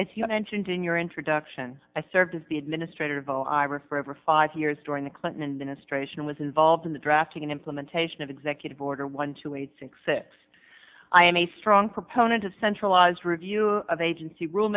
as you mentioned in your introduction i served as the administrator of all ira for over five years during the clinton administration was involved in the drafting implementation of executive order one two eight six six i am a strong proponent of centralized review of agency rule